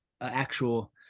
actual